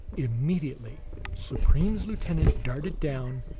immediately supreme's lieutenant darted down,